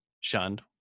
shunned